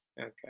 Okay